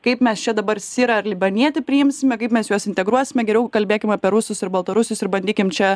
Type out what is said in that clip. kaip mes čia dabar sirą ar libanietį priimsime kaip mes juos integruosime geriau kalbėkim apie rusus ir baltarusius ir bandykim čia